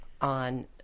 on